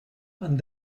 and